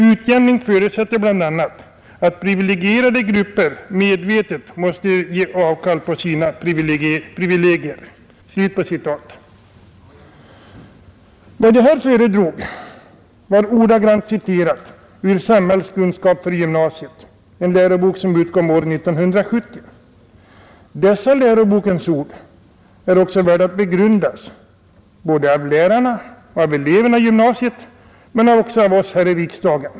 Utjämning förutsätter bl.a. att priviligierade grupper medvetet måste ge avkall på sina privilegier.” Vad jag här föredrog var ett ordagrant citat ur läroboken Samhällskunskap för gymnasiet, som utkom år 1970. Dessa lärobokens ord är värda att begrundas både av lärarna och av eleverna i gymnasiet men också av oss här i riksdagen.